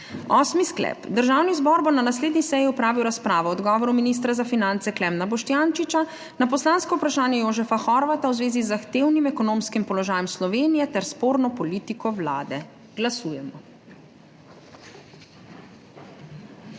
Osmi sklep: Državni zbor bo na naslednji seji opravil razpravo o odgovoru ministra za finance Klemna Boštjančiča na poslansko vprašanje Jožefa Horvata v zvezi z zahtevnim ekonomskim položajem Slovenije ter sporno politiko Vlade. Glasujemo.